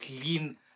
clean